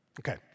Okay